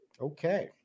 okay